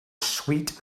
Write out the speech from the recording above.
sweet